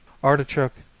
artichoke,